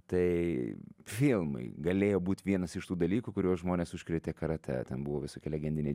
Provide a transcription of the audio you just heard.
tai filmai galėjo būt vienas iš tų dalykų kuriuo žmones užkrėtė karatė ten buvo visokie legendiniai